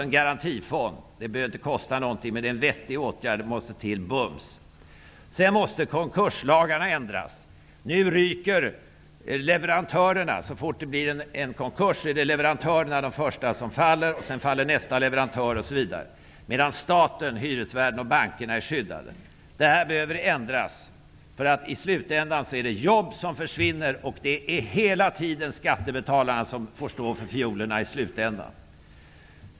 En garantifond behöver inte kosta någonting, men det är en vettig åtgärd, som måste till bums. Sedan måste konkurslagarna ändras. Nu ryker leverantörerna: Så fort det blir en konkurs är leverantörerna de första som faller, medan staten, hyresvärden och bankerna är skyddade. Det här behöver ändras. I slutändan försvinner jobb, och det är skattebetalarna som får stå för fiolerna.